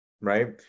right